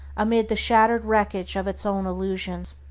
amid the shattered wreckage of its own illusions.